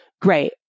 great